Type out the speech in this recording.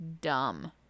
dumb